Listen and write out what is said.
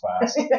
fast